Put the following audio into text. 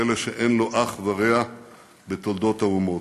פלא שאין לו אח ורע בתולדות האומות.